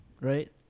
Right